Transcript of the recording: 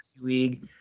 league